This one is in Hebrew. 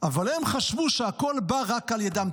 --- אבל הם חשבו שהכול בא רק על ידם".